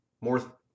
More